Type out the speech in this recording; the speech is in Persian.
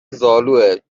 زالوئه